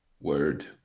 Word